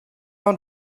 are